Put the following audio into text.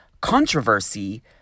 controversy